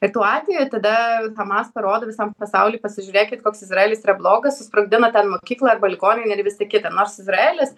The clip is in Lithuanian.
ir tuo atveju tada hamas parodo visam pasauliui pasižiūrėkit koks izraelis yra blogas susprogdino ten mokyklą arba ligoninę ir visa kita nors izraelis